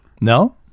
No